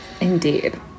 Indeed